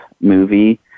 movie